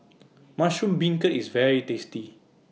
Mushroom Beancurd IS very tasty